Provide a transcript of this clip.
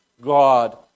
God